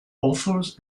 authors